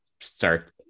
start